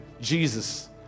Jesus